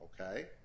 okay